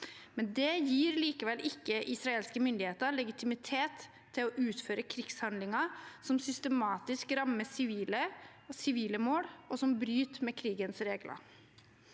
Det gir likevel ikke israelske myndigheter legitimitet til å utføre krigshandlinger som systematisk rammer sivile og sivile mål, og som bryter med krigens regler.